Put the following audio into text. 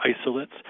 isolates